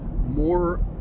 more